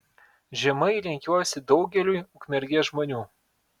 žemai lenkiuosi daugeliui ukmergės žmonių